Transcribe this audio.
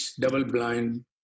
double-blind